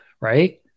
right